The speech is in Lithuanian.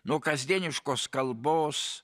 nuo kasdieniškos kalbos